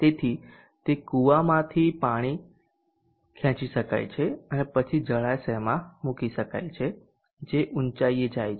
તેથી તે કૂવામાંથી પણ ખેંચી શકાય છે અને પછી જળાશયમાં મૂકી શકાય છે જે ઊચાઇએ છે